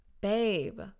babe